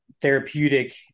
therapeutic